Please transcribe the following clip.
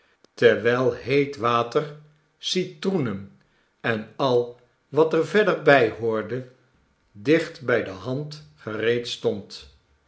terwijl heet water citroenen en al wat er verder bij behoorde dicht bij de hand gereed stond